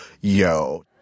yo